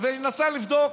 וינסה לבדוק